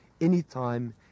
anytime